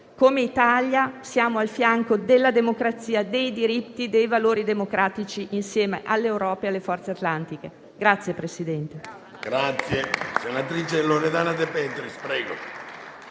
L'Italia è a fianco della democrazia, dei diritti e dei valori democratici insieme all'Europa e alle forze atlantiche.